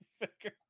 figure